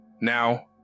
Now